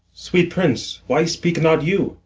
sweet prince, why speak not you?